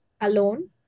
alone